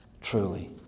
truly